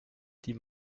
die